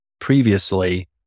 previously